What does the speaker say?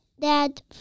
dad